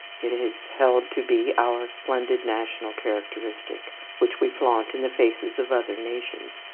it is held to be our splendid national characteristic, which we flaunt in the faces of other nations,